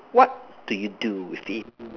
what do you do with it